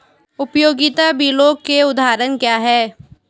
उपयोगिता बिलों के उदाहरण क्या हैं?